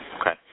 Okay